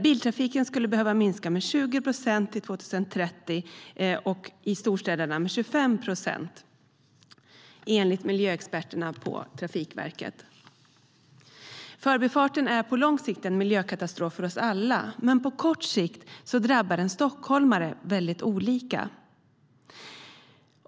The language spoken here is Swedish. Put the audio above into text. Biltrafiken skulle behöva minska med 20 procent till 2030 och i storstäderna med 25 procent, enligt miljöexperterna på Trafikverket.Förbifarten är på lång sikt en miljökatastrof för oss alla, men på kort sikt drabbar den stockholmare väldigt olika.